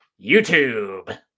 YouTube